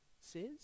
says